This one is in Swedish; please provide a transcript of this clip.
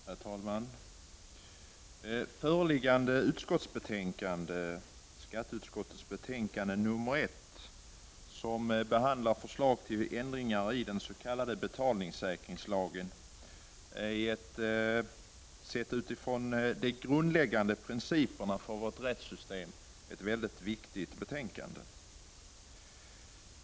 Herr talman! Föreliggande utskottsbetänkande, skatteutskottets betänkande nr 1, som behandlar förslaget till ändringar i den s.k. betalningssäkringslagen är sett utifrån de grundläggande principerna för vår rättssyn ett mycket viktigt betänkande.